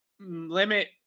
limit